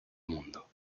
mundo